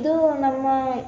ಇದು ನಮ್ಮ